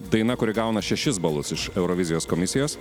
daina kuri gauna šešis balus iš eurovizijos komisijos